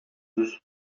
zoos